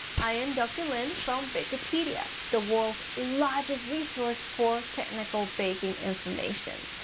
i am dr. lin from bakerpedia, the world's largest resource for technical baking information.